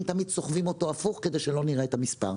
תמיד סוחבים אותו הפוך כדי שלא נראה את המספר.